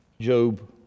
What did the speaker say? Job